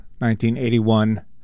1981